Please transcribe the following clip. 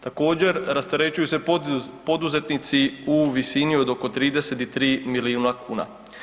Također rasterećuju se poduzetnici u visino od 33 milijuna kuna.